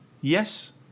Yes